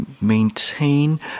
maintain